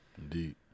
Indeed